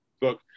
book